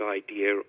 idea